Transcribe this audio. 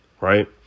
right